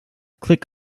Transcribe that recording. click